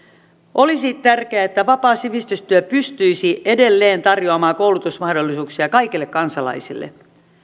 olisi tärkeää että vapaa sivistystyö pystyisi edelleen tarjoamaan koulutusmahdollisuuksia kaikille kansalaisille